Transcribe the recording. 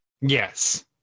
Yes